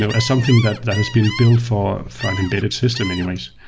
so as something that that has been built for an embedded system anyways.